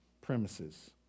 premises